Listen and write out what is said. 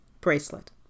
bracelet